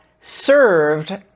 served